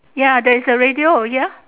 ya there is a radio ya